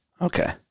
Okay